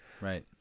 Right